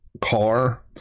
car